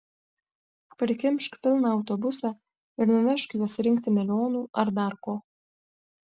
prikimšk pilną autobusą ir nuvežk juos rinkti melionų ar dar ko